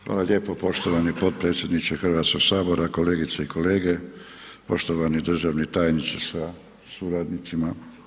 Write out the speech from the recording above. Hvala lijepo poštovani potpredsjedniče Hrvatskog sabora, kolegice i kolege, poštovani državni tajniče sa suradnicima.